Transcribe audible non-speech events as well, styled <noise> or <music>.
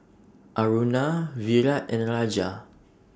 <noise> Aruna Virat and Raja